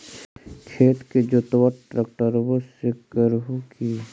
खेत के जोतबा ट्रकटर्बे से कर हू की?